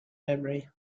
memory